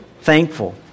Thankful